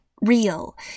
real